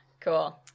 Cool